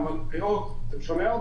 והאוכלוסין.